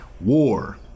War